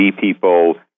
people